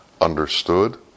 understood